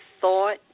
thought